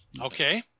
Okay